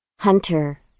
Hunter